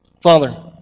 Father